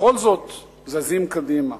בכל זאת זזים קדימה.